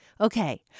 Okay